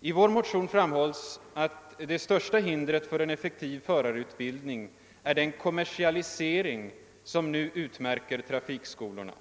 I vår motion framhålls att det största hindret för en effektiv förarutbildning är den kommersialisering som nu utmärker trafikskolorna.